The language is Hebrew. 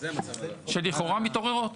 שלכאורה מתעוררות.